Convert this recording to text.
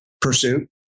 pursuit